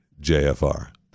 JFR